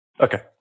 Okay